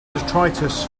detritus